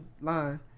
line